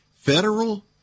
Federal